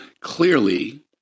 clearly